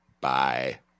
Bye